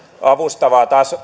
avustavaa